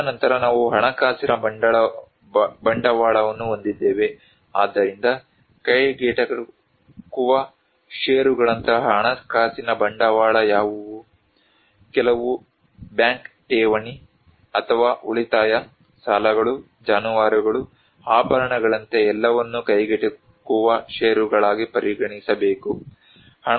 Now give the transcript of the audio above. ತದನಂತರ ನಾವು ಹಣಕಾಸಿನ ಬಂಡವಾಳವನ್ನು ಹೊಂದಿದ್ದೇವೆ ಆದ್ದರಿಂದ ಕೈಗೆಟುಕುವ ಷೇರುಗಳಂತಹ ಹಣಕಾಸಿನ ಬಂಡವಾಳ ಯಾವುದು ಕೆಲವು ಬ್ಯಾಂಕ್ ಠೇವಣಿ ಅಥವಾ ಉಳಿತಾಯ ಸಾಲಗಳು ಜಾನುವಾರುಗಳು ಆಭರಣಗಳಂತೆ ಎಲ್ಲವನ್ನೂ ಕೈಗೆಟುಕುವ ಷೇರುಗಳಾಗಿ ಪರಿಗಣಿಸಬೇಕು